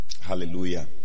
Hallelujah